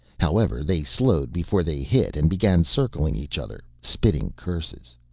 however they slowed before they hit and began circling each other, spitting curses.